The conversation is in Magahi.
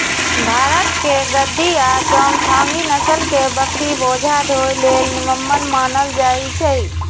भारतके गद्दी आ चांगथागी नसल के बकरि बोझा ढोय लेल निम्मन मानल जाईछइ